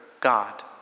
God